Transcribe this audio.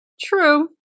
True